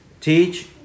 Teach